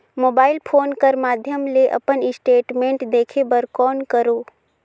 Mobile phone कर माध्यम ले अपन स्टेटमेंट देखे बर कौन करों?